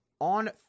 on